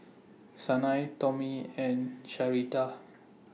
Sanai Tommy and Sharita